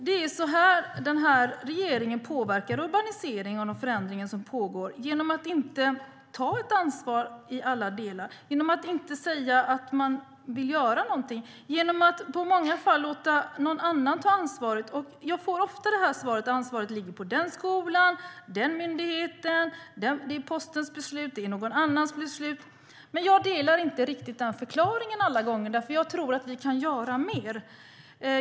Det är på det sättet denna regering påverkar den urbanisering och de förändringar som pågår, alltså genom att inte ta ett ansvar i alla delar, genom att inte säga att man vill göra någonting och genom att i många fall låta någon annan ta ansvaret. Jag får ofta svaret att ansvaret ligger på en viss skola eller en viss myndighet, att det är Postens beslut eller att det är någon annans beslut. Men jag håller inte riktigt med om den förklaringen alla gånger. Jag tror att vi kan göra mer.